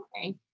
Okay